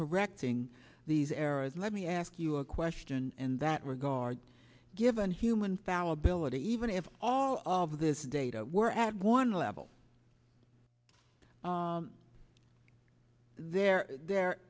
correcting these errors let me ask you a question in that regard given human fallibility even if all of this data were at one level there there